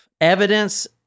Evidence